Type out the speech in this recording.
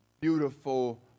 beautiful